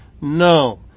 No